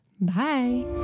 Bye